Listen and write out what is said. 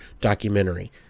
documentary